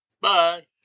Bye